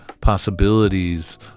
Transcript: possibilities